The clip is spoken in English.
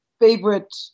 favorite